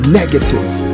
negative